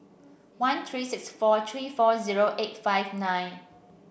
one three sxi four three four zero eight five nine